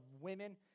women